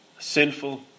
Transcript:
sinful